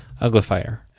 uglifier